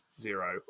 zero